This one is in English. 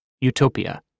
Utopia